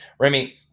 Remy